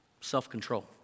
self-control